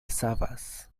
savas